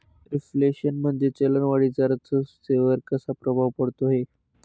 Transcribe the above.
Reflation म्हणजे चलन वाढीचा अर्थव्यवस्थेवर कसा प्रभाव पडतो है?